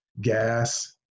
gas